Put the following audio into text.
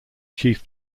chief